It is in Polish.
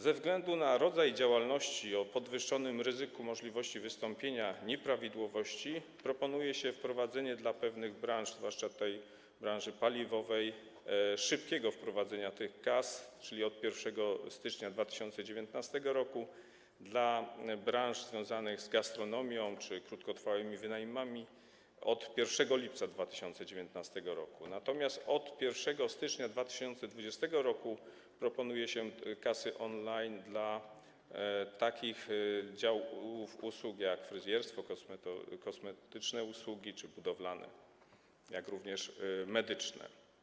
Ze względu na rodzaj działalności o podwyższonym ryzyku możliwości wystąpienia nieprawidłowości proponuje się wprowadzenie dla pewnych branż, zwłaszcza dla branży paliwowej, szybkiego wprowadzenia tych kas, czyli od 1 stycznia 2019 r., dla branż związanych z gastronomią czy krótkotrwałymi wynajmami - od 1 lipca 2019 r., natomiast od 1 stycznia 2020 r. proponuje się kasy on-line dla takich działów usług jak fryzjerstwo, usługi kosmetyczne czy budowlane, jak również medyczne.